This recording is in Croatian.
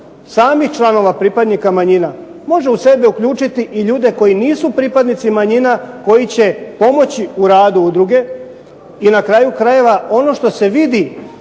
samih članova pripadnika manjina može u sebe uključiti i ljude koji nisu pripadnici manjina koji će pomoći u radu udruge. I na kraju krajeva, ono što se vidi